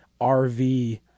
RV